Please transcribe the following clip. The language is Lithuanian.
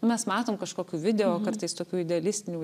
mes matom kažkokių video kartais tokių idealistinių